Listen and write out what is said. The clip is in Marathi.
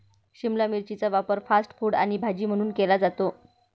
शिमला मिरचीचा वापर फास्ट फूड आणि भाजी म्हणून केला जातो